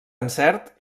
encert